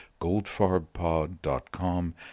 goldfarbpod.com